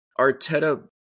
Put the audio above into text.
Arteta